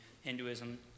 Hinduism